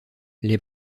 les